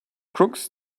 crooks